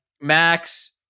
Max